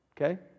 okay